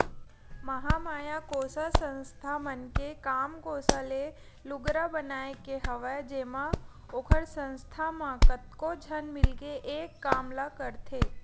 महामाया कोसा संस्था मन के काम कोसा ले लुगरा बनाए के हवय जेमा ओखर संस्था म कतको झन मिलके एक काम ल करथे